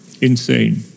insane